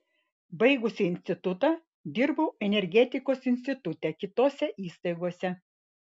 baigusi institutą dirbau energetikos institute kitose įstaigose